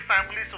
families